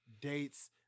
dates